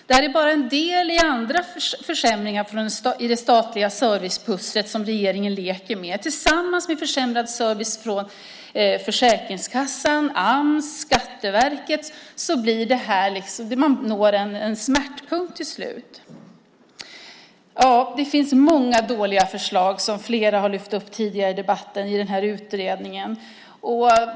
Det här är bara en del av de försämringar i det statliga servicepusslet som regeringen leker med. Tillsammans med försämrad service från Försäkringskassan, Ams och Skatteverket når man med det här till slut en smärtpunkt. Det finns många dåliga förslag i den här utredningen som flera har lyft fram tidigare i debatten.